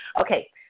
Okay